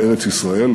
ארץ-ישראל,